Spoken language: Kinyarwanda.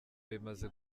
bimaze